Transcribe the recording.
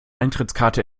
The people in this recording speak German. eintrittskarte